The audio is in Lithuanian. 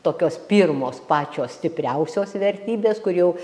tokios pirmos pačios stipriausios vertybės kur jau